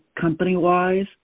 company-wise